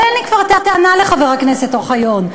אבל אין לי כבר טענה לחבר הכנסת אוחיון.